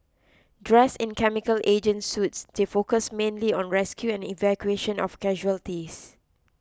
dressed in chemical agent suits they focus mainly on rescue and evacuation of casualties